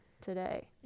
today